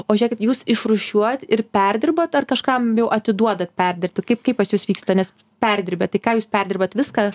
o žėkit jūs išrūšiuojat ir perdirbat ar kažkam jau atiduodat perdirbti kaip kaip pas jus vyksta nes perdirbę tai ką jūs perdirbat viską